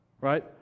Right